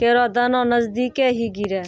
केरो दाना नजदीके ही गिरे